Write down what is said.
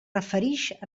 referix